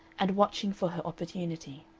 and watching for her opportunity.